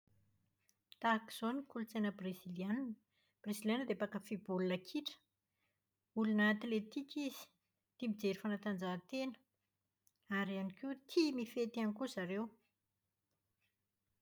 Tahaka izao ny kolotsaina Breziliana. Ny breziliana dia mpankafy baolina kitra, olona ateltika izy, tia mijery fanatanjahanteny ary ihany koa, tia mifety ihany koa zareo.